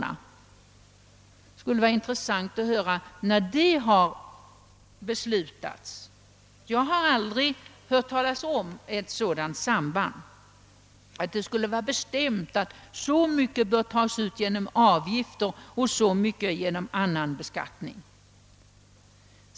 Det skulle vara intressant att höra när detta har beslutats. Jag har aldrig hört talas om ett sådant samband, att det skulle vara bestämt att så mycket får tas ut genom avgift och så mycket genom annan beskattning.